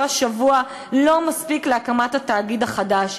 השבוע לא מספיק להקמת התאגיד החדש.